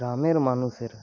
গ্রামের মানুষে